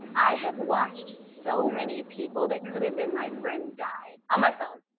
and i have watched so many people that could have been my friend die on my phone.